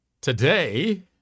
today